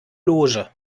loge